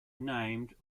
named